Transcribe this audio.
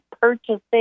purchasing